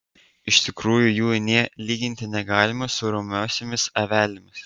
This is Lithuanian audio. iš tikrųjų jų nė lyginti negalima su romiosiomis avelėmis